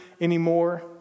anymore